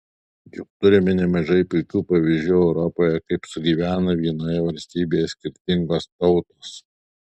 juk turime nemažai puikių pavyzdžių europoje kaip sugyvena vienoje valstybėje skirtingos tautos